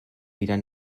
wieder